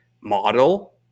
model